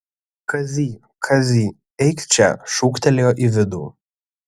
kazy kazy eik čia šūktelėjo į vidų